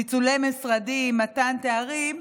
פיצולי משרדים, מתן תארים,